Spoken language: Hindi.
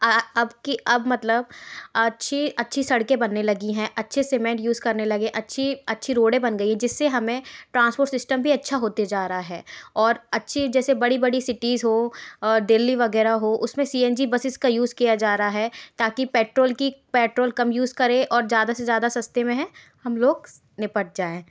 अब की अब मतलब अच्छी अच्छी सड़कें बनने लगी हैं अच्छे सीमेंट यूज़ करने लगे अच्छी अच्छी रोड़े बन गई हैं जिससे हमें ट्रांसपोर्ट सिस्टम भी अच्छा होते जा रहा है और अच्छी जैसे बड़ी बड़ी सिटिज़ हों और दिल्ली वगैरह हों उसमें सी एन जी बसेज़ का यूज़ किया जा रहा है ताकि पेट्रोल की पेट्रोल कम यूज़ करें और ज्यादा से ज्यादा सस्ते में है हम लोग निपट जाएँ